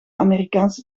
amerikaanse